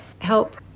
help